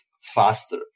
faster